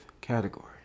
category